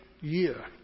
year